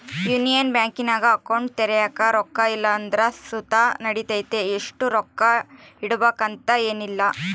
union ಬ್ಯಾಂಕಿನಾಗ account ತೆರ್ಯಾಕ ರೊಕ್ಕ ಇಲ್ಲಂದ್ರ ಸುತ ನಡಿತತೆ, ಇಷ್ಟು ರೊಕ್ಕ ಇಡುಬಕಂತ ಏನಿಲ್ಲ